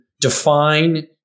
define